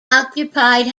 occupied